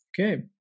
Okay